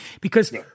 because-